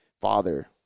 father